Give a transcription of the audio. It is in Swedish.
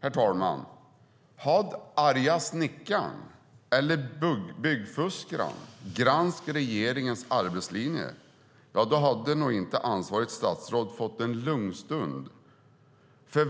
Hade Arga snickaren eller Fuskbyggarna granskat regeringens arbetslinje, herr talman, hade nog inte ansvarigt statsråd fått en lugn stund.